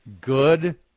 good